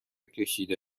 کشیده